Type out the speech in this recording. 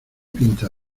pinta